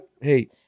Hey